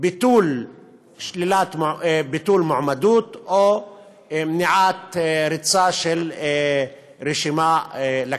ביטול מועמדות או מניעת ריצה של רשימה לכנסת.